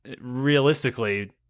realistically